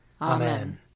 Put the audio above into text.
Amen